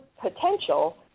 potential